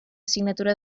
signatura